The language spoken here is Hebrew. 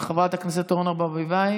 של חברת הכנסת אורנה ברביבאי.